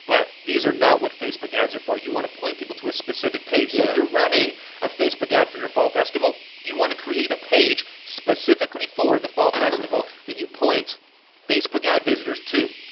but these are not what facebook ads are for. you wanna point people to a specific page. so if you're running a facebook ad for you fall festival, you wanna create a page specifically for the fall festival that you point facebook ad visitors to.